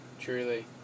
Truly